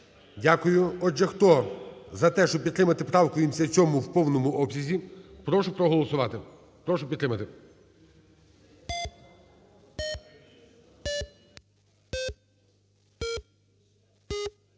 Дякую. Отже, хто за те, щоб підтримати правку 87 в повному обсязі, прошу проголосувати. Прошу підтримати.